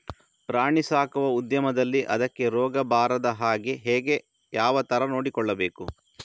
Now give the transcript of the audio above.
ಪ್ರಾಣಿ ಸಾಕುವ ಉದ್ಯಮದಲ್ಲಿ ಅದಕ್ಕೆ ರೋಗ ಬಾರದ ಹಾಗೆ ಹೇಗೆ ಯಾವ ತರ ನೋಡಿಕೊಳ್ಳಬೇಕು?